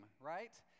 right